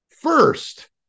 First